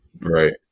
right